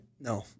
No